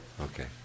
Okay